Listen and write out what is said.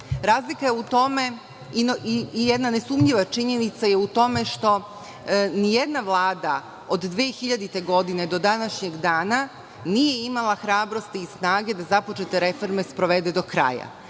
Razlika je u tome i jedna nesumnjiva činjenica je u tome što ni jedna vlada od 2000. godine do današnjeg dana nije imala hrabrosti i snage da započete reforme sprovede do kraja.